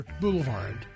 Boulevard